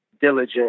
diligent